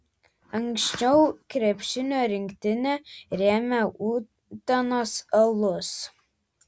anksčiau krepšinio rinktinę rėmė utenos alus